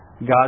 God